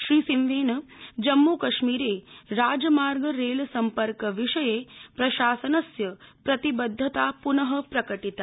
श्रीसिंहेन जम्मू कश्मीर राजमार्ग रेल सम्पर्क विषये प्रशासनस्य प्रतिबद्धता पुन प्रकाटिता